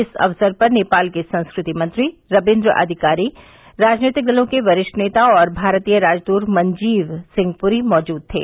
इस अवसर पर नेपाल के संस्कृति मंत्री रविन्द्र अधिकारी राजनीतिक दलों के वरिष्ठ नेता और भारतीय राजदूत मंजीव सिंह पुरी मौजूद थे